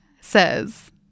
says